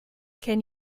can